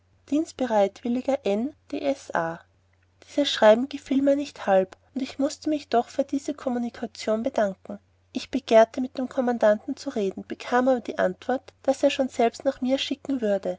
a dieses schreiben gefiel mir nicht halb und mußte mich doch vor diese kommunikation bedanken ich begehrte mit dem kommandanten zu reden bekam aber die antwort daß er schon selbst nach mir schicken würde